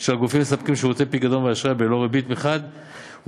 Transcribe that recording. של הגופים המספקים שירותי פיקדון ואשראי בלא ריבית מחד גיסא,